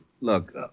Look